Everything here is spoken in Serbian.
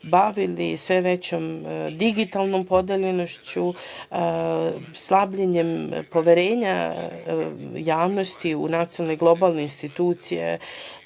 bavili sve većom digitalnom podeljenošću, slabljenjem poverenja javnosti u nacionalne i globalne institucije,